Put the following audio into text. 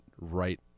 right